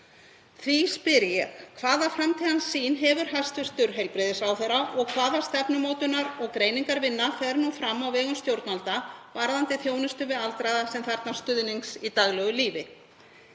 Því spyr ég: Hvaða framtíðarsýn hefur hæstv. heilbrigðisráðherra og hvaða stefnumótunar- og greiningarvinna fer nú fram á vegum stjórnvalda varðandi þjónustu við aldraða sem þarfnast stuðnings í daglegu lífi?